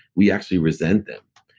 we actually resent them.